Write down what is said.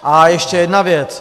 A ještě jedna věc.